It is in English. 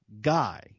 guy